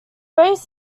various